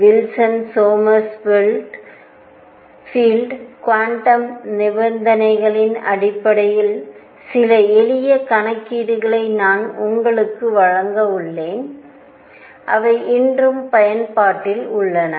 Wilson Sommerfeld quantum நிபந்தனைகளின் அடிப்படையில் சில எளிய கணக்கீடுகளை நான் உங்களுக்கு வழங்க உள்ளேன் அவை இன்றும் பயன்பாட்டில் உள்ளன